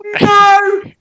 No